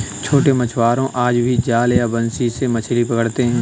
छोटे मछुआरे आज भी जाल या बंसी से मछली पकड़ते हैं